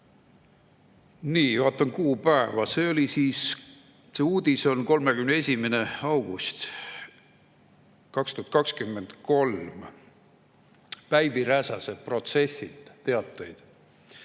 Nii, vaatan kuupäeva, see uudis on 31. augustist 2023, Päivi Räsäse protsessilt teateid.